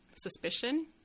suspicion